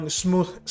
smooth